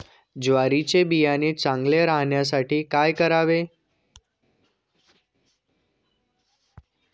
ज्वारीचे बियाणे चांगले राहण्यासाठी काय करावे?